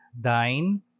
Dain